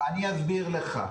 אני אסביר לך.